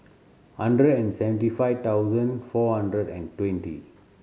hundred and seventy five thousand four hundred and twenty